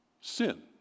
sin